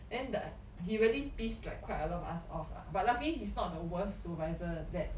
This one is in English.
then the he really piss like quite a lot of us off lah but luckily he's not the worst supervisor that